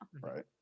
Right